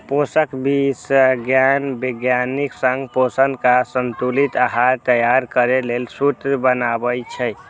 पोषण विशेषज्ञ वैज्ञानिक संग पोषक आ संतुलित आहार तैयार करै लेल सूत्र बनाबै छै